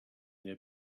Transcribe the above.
their